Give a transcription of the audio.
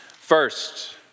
First